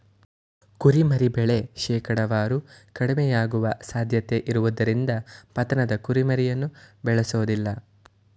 ಕುರಿಮರಿ ಬೆಳೆ ಶೇಕಡಾವಾರು ಕಡಿಮೆಯಾಗುವ ಸಾಧ್ಯತೆಯಿರುವುದರಿಂದ ಪತನದ ಕುರಿಮರಿಯನ್ನು ಬೇಳೆಸೋದಿಲ್ಲ